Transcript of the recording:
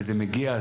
וזה מגיע,